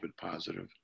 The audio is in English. positive